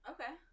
Okay